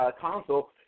console